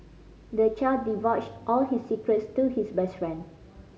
the child divulged all his secrets to his best friend